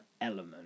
element